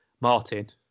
martin